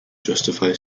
justify